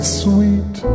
sweet